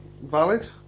Valid